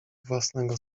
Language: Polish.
własnego